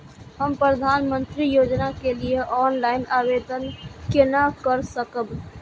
हम प्रधानमंत्री योजना के लिए ऑनलाइन आवेदन केना कर सकब?